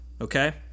okay